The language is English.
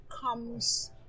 comes